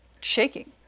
shaking